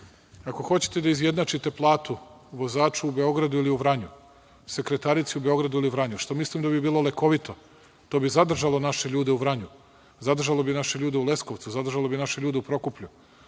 Ako hoćete da izjednačite platu vozaču u Beogradu ili u Vranju, sekretarici u Beogradu ili u Vranju, što mislim da bi bilo lekovito, to bi zadržalo naše ljude u Vranju, zadržalo bi naše ljude u Leskovcu, zadržalo bi naše ljude u Prokuplju.